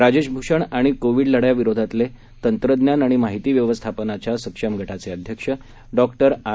राजेश भूषण आणि कोविड लद्याविरोधातली तंत्रज्ञान आणि माहिती व्यवस्थापनाच्या सक्षम गटाचे अध्यक्ष डॉ आर